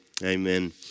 Amen